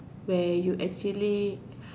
where you actually